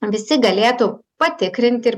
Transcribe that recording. visi galėtų patikrint ir